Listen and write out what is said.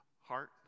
heart